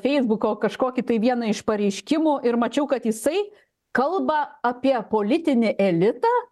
feisbuko kažkokį tai vieną iš pareiškimų ir mačiau kad jisai kalba apie politinį elitą